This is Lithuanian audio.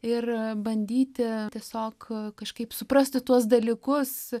ir bandyti tiesiog kažkaip suprasti tuos dalykus